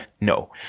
no